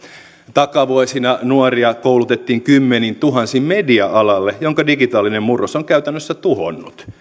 takavuosina nuoria koulutettiin kymmenin tuhansin media alalle jonka digitaalinen murros on käytännössä tuhonnut